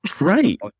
Right